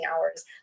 hours